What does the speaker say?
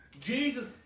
Jesus